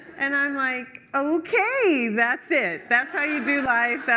and i'm like, ok, that's it! that's how you do life.